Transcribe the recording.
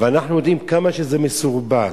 אנחנו יודעים כמה שזה מסורבל.